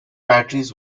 batteries